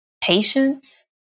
patience